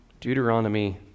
Deuteronomy